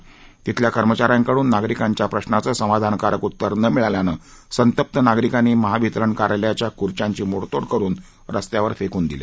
छिल्या कर्मचाऱ्यांकडून नागरिकांच्या प्रशांचं समाधानकारक उत्तर न मिळाल्यानं संतप्त नागरिकांनी महावितरण कार्यालयाच्या खुर्च्यांची तोडफोड करून रस्त्यावर फेकून दिल्या